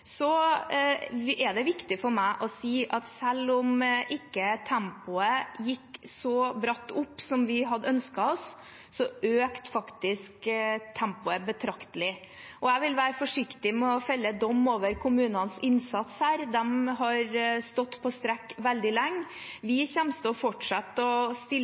er viktig for meg å si at selv om tempoet ikke gikk så bratt opp som vi hadde ønsket oss, økte faktisk tempoet betraktelig. Jeg vil være forsiktig med å felle dom over kommunenes innsats her. De har stått på strekk veldig lenge. Vi kommer til å fortsette å stille